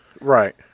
Right